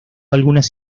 algunas